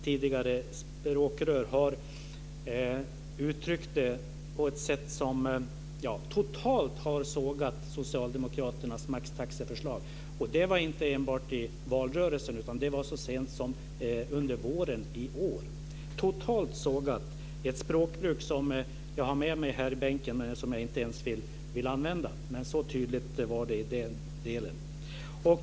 Tidigare språkrör har uttryckt det på ett sätt som totalt har sågat socialdemokraternas maxtaxeförslag. Det var inte enbart i valrörelsen, det var så sent som under våren. Totalt sågat, med ett språkbruk som jag har dokumenterat här i bänken, men som jag inte ens vill använda. Så tydligt var det i den delen.